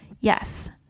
Yes